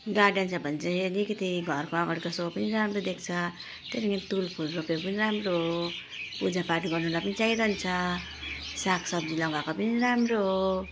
garden छ भने चाहिँ अलिकति घरको अगाडिको सो पनि राम्रो देख्छ त्यहाँदेखि तुलफुल रोपेको पनि राम्रो हो पूजापाठ गर्नुलाई पनि चाहिरहन्छ सागसब्जी लगाएको पनि राम्रो हो